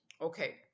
Okay